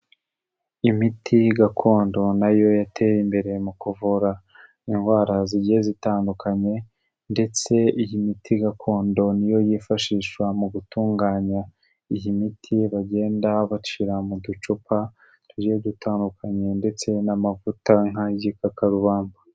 Imiti gakondo na yo yateye imbere mu kuvura indwara zigiye zitandukanye ndetse iyi miti gakondo, niyo yifashishwa mu gutunganya iyi miti bagenda bashyira mu ducupa tugiye dutandukanye ndetse n'amavuta nk'ay'igikakarubamba.